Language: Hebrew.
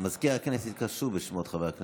מזכיר הכנסת יקרא שוב בשמות חברי הכנסת.